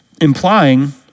Implying